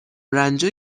رنجه